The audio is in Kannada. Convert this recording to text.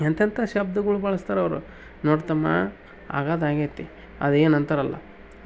ಎಂತೆಂಥ ಶಬ್ದಗಳ್ ಬಳಸ್ತಾರೆ ಅವ್ರು ನೋಡು ತಮ್ಮ ಆಗೋದ್ ಆಗೈತಿ ಅದೇನೋ ಅಂತಾರಲ್ಲ